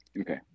Okay